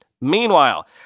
Meanwhile